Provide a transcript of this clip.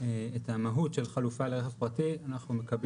את המהות של חלופה לרכב פרטי, אנחנו מקבלים.